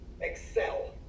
excel